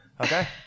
Okay